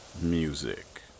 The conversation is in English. music